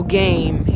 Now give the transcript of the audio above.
game